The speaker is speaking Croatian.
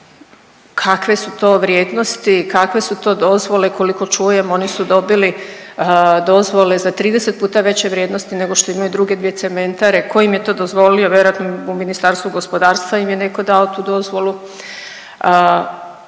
Kakve su to vrijednosti? Kakve su to dozvole? Koliko čujem oni su dobili dozvole za 30 puta veće vrijednosti nego što imaju druge dvije cementare. Tko im je to dozvolio? Vjerojatno u Ministarstvu gospodarstva im je netko dao tu dozvolu.